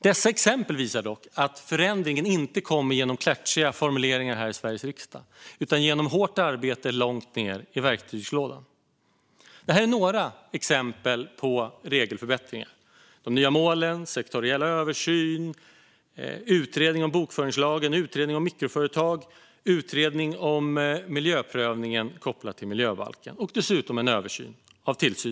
Dessa exempel visar dock att förändringen inte kommer genom klatschiga formuleringar här i Sveriges riksdag utan genom hårt arbete långt ned i verktygslådan. Det här är några exempel på regelförbättringar. Det handlar om de nya målen, sektoriell översyn, utredning om bokföringslagen, utredning om mikroföretag, utredning om miljöprövningen kopplat till miljöbalken och, dessutom, översyn av tillsynen.